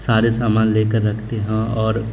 سارے سامان لے کر رکھتے ہیں اور